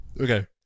Okay